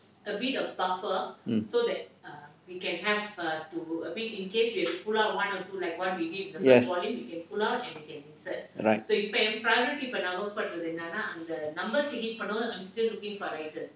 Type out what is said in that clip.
mm yes right